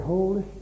Holy